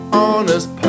honest